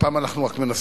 הפעם אנחנו רק מנסים,